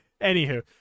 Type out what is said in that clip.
Anywho